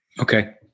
Okay